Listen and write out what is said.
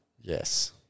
Yes